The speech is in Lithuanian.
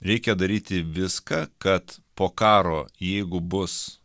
reikia daryti viską kad po karo jeigu bus